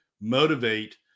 motivate